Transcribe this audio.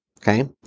okay